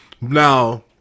Now